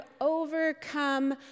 overcome